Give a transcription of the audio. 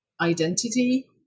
identity